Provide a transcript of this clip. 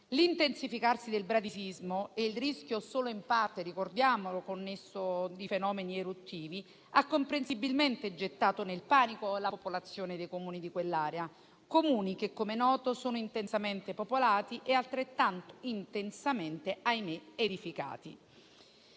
L'intensificarsi del bradisismo e il rischio solo in parte - ricordiamolo - connesso di fenomeni eruttivi hanno comprensibilmente gettato nel panico la popolazione dei Comuni di quell'area. Si tratta di Comuni che, come noto, sono intensamente popolati, altrettanto intensamente - ahimè - edificati